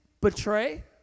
betray